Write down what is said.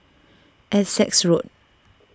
Essex Road